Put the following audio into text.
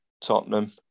Tottenham